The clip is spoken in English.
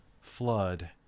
flood